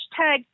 hashtag